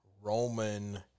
Roman